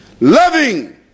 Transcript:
loving